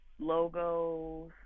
logos